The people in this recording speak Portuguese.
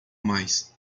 mais